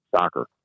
soccer